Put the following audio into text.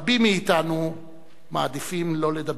רבים מאתנו מעדיפים לא לדבר.